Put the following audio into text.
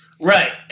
Right